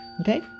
Okay